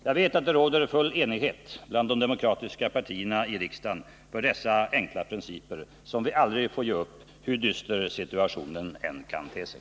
Jag vet att det råder full enighet bland de demokratiska partierna i riksdagen om dessa enkla principer, som vi aldrig får ge upp, hur dyster situationen än kan te sig.